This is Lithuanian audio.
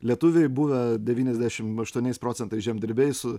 lietuviai buvę devyniasdešimt aštuoniais procentais žemdirbiai su